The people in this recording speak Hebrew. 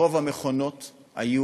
רוב המכונות היו